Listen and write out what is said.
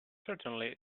certainly